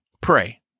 pray